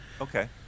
Okay